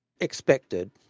expected